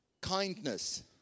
kindness